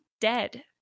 dead